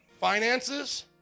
finances